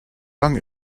lang